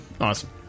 Awesome